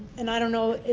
and i don't know,